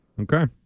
Okay